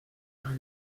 are